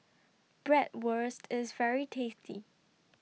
Bratwurst IS very tasty